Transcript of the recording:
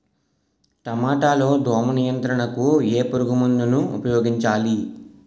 టమాటా లో దోమ నియంత్రణకు ఏ పురుగుమందును ఉపయోగించాలి?